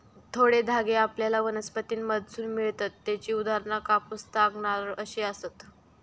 थोडे धागे आपल्याला वनस्पतींमधसून मिळतत त्येची उदाहरणा कापूस, ताग, नारळ अशी आसत